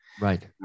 right